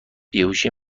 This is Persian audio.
بیهوشی